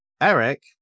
Eric